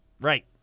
right